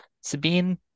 Sabine